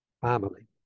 family